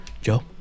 Joe